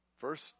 First